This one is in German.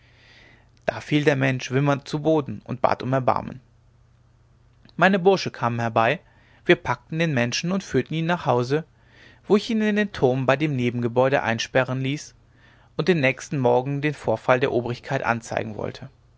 da fiel der mensch wimmernd zu boden und bat um erbarmen meine bursche kamen herbei wir packten den menschen und führten ihn nach hause wo ich ihn in den turm bei dem nebengebäude einsperren ließ und den nächsten morgen den vorfall der obrigkeit anzeigen wollte